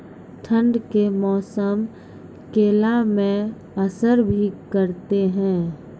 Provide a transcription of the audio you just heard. ठंड के मौसम केला मैं असर भी करते हैं?